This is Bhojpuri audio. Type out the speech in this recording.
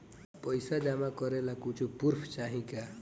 पैसा जमा करे ला कुछु पूर्फ चाहि का?